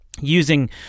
using